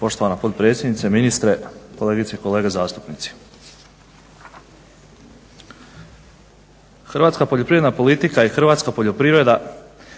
Poštovana potpredsjednice, ministre, kolegice i kolege zastupnici. Hrvatska poljoprivredna politika i hrvatska poljoprivreda